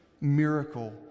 miracle